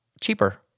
cheaper